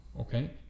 Okay